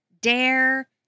dare